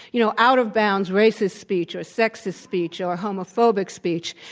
you know, out of bounds racist speech or sexist speech or homophobic speech.